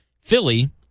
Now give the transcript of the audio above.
Philly